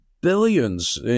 billions